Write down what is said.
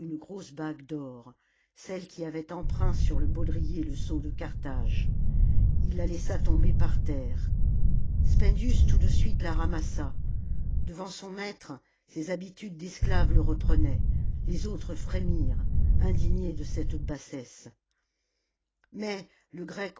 grosse bague d'or celle qui avait empreint sur le baudrier le sceau de carthage il la laissa tomber par terre spendius tout de suite la ramassa devant son maître ses habitudes d'esclave le reprenaient les autres frémirent indignés de cette bassesse mais le